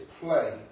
play